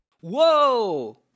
Whoa